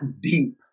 deep